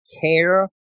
care